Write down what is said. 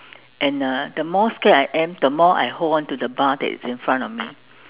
and uh the more scared I am the more I hold on to the bar that is in front of me